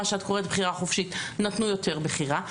מה שאת קוראת בחירה חופשית נתנו יותר בחירה.